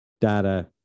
data